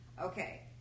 Okay